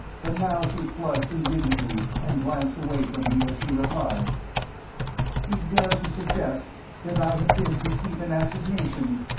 but now she flushed indignantly, and glanced away from me as she replied he dared to suggest that i had been to keep an assignation.